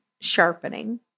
sharpening